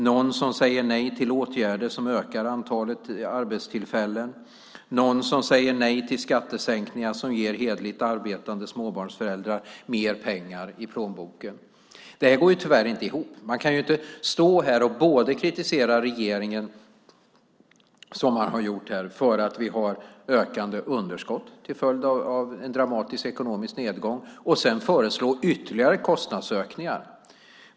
Någon säger nej till åtgärder som ökar antalet arbetstillfällen. Någon säger nej till skattesänkningar som ger hederligt arbetande småbarnsföräldrar mer pengar i plånboken. Det här går tyvärr inte ihop. Man kan inte stå här och både kritisera regeringen för att man har ökande underskott till följd av en dramatisk ekonomisk nedgång och därefter föreslå ytterligare kostnadsökningar.